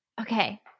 Okay